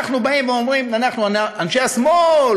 אנחנו אומרים, אנחנו, אנשי השמאל,